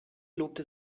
lobte